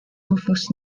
rufus